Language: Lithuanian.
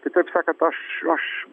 kitaip sakant aš aš